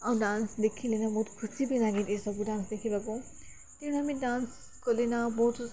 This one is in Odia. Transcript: ଆଉ ଡାନ୍ସ ଦେଖିଲେନା ବହୁତ ଖୁସି ବି ଲାଗେ ଏଇସବୁ ଡାନ୍ସ ଦେଖିବାକୁ ତେଣୁ ଆମେ ଡାନ୍ସ କଲିନା ବହୁତ